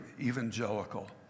evangelical